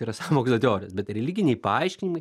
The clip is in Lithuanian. yra sąmokslo teorijos bet religiniai paaiškinimai